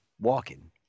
walking